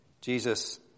Jesus